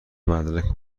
مدرک